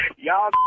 Y'all